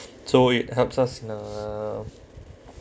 so it helps us in a